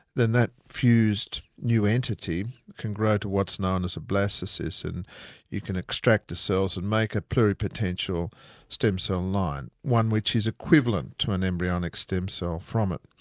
then that fused new entity can grow to what's known as a blastocyst, and you can extract the cells and make a pleripotential stem cell line, one which is equivalent to an embryonic stem cell from it.